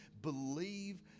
believe